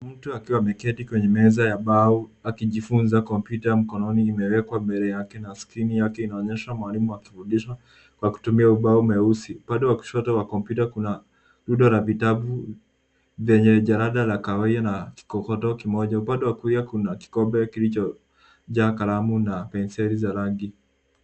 Mru akiwa ameketi kwenye meza ya mbao akijifunza kompyuta ya mkononi imewekwa mbele yake na skrini yake inaonyesha mwalimu akifundisha kwa kutumia ubao mweusi. Upande wa kushoto wa kompyuta kuna rundo la vitabu vyenye jalada la kahawia na kikokoto kimoja, upande wa kulia kuna kikombe kilichojaa kalamu na penseli za rangi.